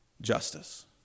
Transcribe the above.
justice